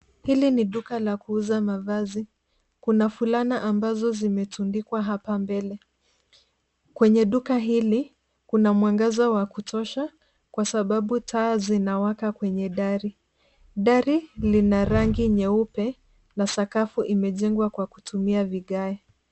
Hili ni duka la kuuza mavazi. Kuna fulana ambazo zimetundikwa hapa mbele. Kwenye duka hili, kuna mwangaza wa kutosha kwa sababu taa zinawaka kwenye dari. Dari lina rangi nyeupe na sakafu imejengwa kwa kutumia vigae.